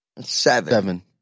seven